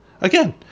Again